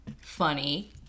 funny